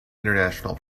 international